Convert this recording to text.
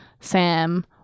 Sam